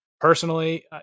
Personally